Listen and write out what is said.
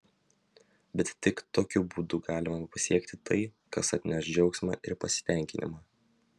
bet tik tokiu būdu galima pasiekti tai kas atneš džiaugsmą ir pasitenkinimą